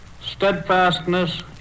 steadfastness